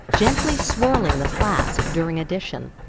gently swirling the flask during addition.